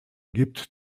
gibt